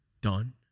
done